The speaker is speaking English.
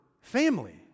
family